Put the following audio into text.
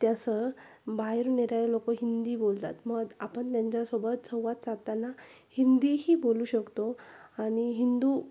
तसं बाहेर येणारे लोक हिंदी बोलतात मग आपण त्यांच्यासोबत संवाद साधताना हिंदीही बोलू शकतो आणि हिंदू